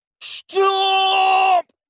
Stop